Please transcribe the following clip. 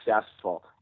successful